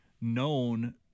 known